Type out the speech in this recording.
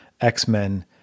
X-Men